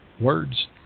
words